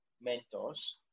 mentors